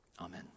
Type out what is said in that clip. Amen